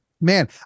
man